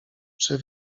czy